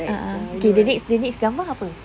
ah ah okay the next the next gambar apa